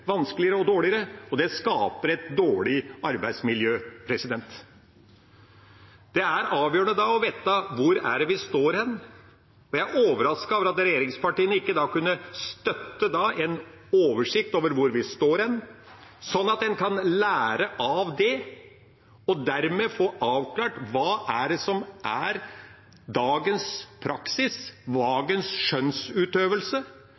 vanskeligere og dårligere. Det skaper et dårlig arbeidsmiljø. Det er da avgjørende å vite hvor vi står, og jeg er overrasket over at regjeringspartiene ikke kan støtte ønsket om en oversikt over hvor vi står, sånn at en kan lære av det og dermed få avklart hva det er som er dagens praksis,